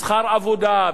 בשכר עבודה,